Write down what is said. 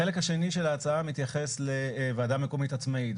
החלק השני של ההצעה מתייחס לוועדה מקומית עצמאית.